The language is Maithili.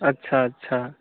अच्छा अच्छा